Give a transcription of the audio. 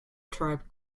tribe